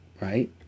right